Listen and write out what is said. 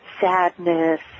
sadness